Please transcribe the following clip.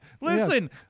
Listen